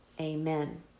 Amen